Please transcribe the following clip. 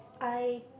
I